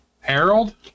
Harold